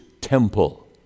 temple